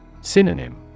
Synonym